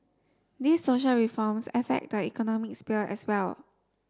these social reforms affect the economic sphere as well